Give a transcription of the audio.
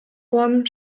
formen